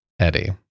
Eddie